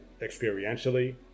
experientially